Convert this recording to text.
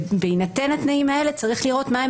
בהינתן התנאים האלה צריך לראות מהם